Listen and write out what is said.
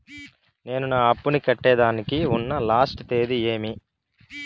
నేను నా అప్పుని కట్టేదానికి ఉన్న లాస్ట్ తేది ఏమి?